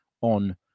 on